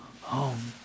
home